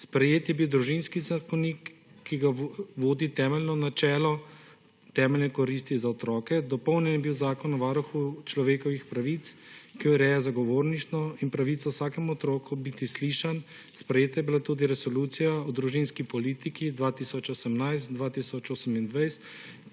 Sprejet je bil Družinski zakonik, ki ga vodi temeljno načelo temeljne koristi za otroke, dopolnjen je bil Zakon o varuhu človekovih pravic, ki ureja zagovorništvo in pravico vsakemu otroku biti slišan, sprejeta je bila tudi Resolucija o družinski politiki 2018–2028,